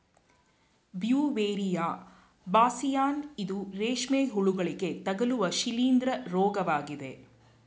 Beauveria ಬಾಸ್ಸಿಯಾನ ಇದು ರೇಷ್ಮೆ ಹುಳುಗಳಿಗೆ ತಗಲುವ ಶಿಲೀಂದ್ರ ರೋಗವಾಗಿದೆ